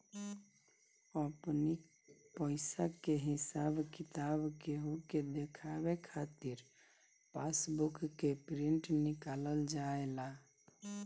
अपनी पईसा के हिसाब किताब केहू के देखावे खातिर पासबुक के प्रिंट निकालल जाएला